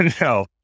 no